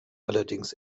allerdings